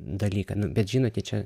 dalyką nu bet žinote čia